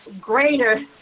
greater